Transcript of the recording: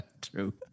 True